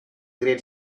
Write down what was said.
great